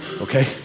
Okay